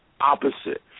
opposite